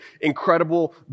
incredible